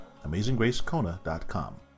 AmazingGraceKona.com